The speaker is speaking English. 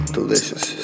Delicious